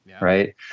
right